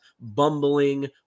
bumbling